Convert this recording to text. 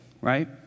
right